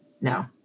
no